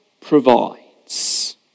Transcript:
provides